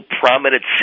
prominent